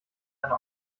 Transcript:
eine